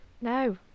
No